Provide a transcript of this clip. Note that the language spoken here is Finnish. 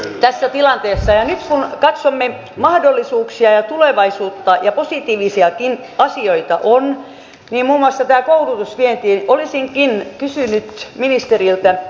nyt kun katsomme mahdollisuuksia ja tulevaisuutta ja positiivisiakin asioita on muun muassa tämä koulutusvienti niin olisinkin kysynyt ministeriltä siitä